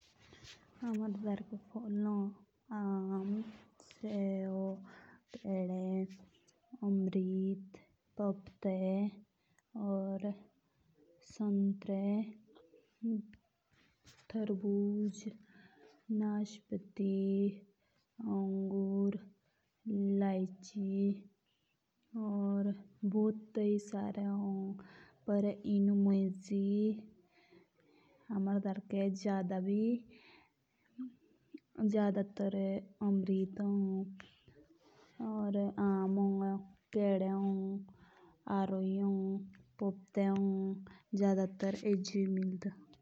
जस हमारे अंधेरे फल होन जस आम, केला, संतरे, अमरुद, नाशपति होन आभु होन तरबुझ होन लाइची होन तो इचे सारे फलु मुंज हमारे धारके तो ये होन। अमृत, शेब, आम होन लाईची होन।